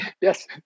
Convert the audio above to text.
Yes